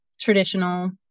traditional